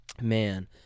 man